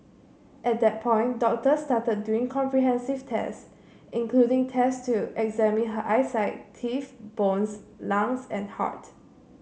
at that point doctors started doing comprehensive tests including tests to examine her eyesight teeth bones lungs and heart